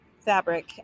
fabric